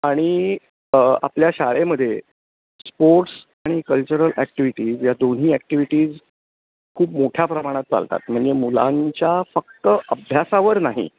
आणि आपल्या शाळेमध्ये स्पोर्ट्स आणि कल्चरल ॲक्टिव्हिटीज या दोन्ही ॲक्टिव्हिटीज खूप मोठ्या प्रमाणात चालतात म्हणजे मुलांच्या फक्त अभ्यासावर नाही